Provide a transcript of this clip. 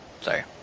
Sorry